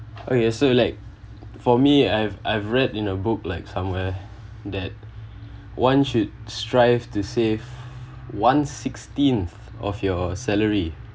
okay so like for me I've I've read in a book like somewhere that one should strive to save one sixteenth of your salary